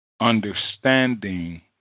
understanding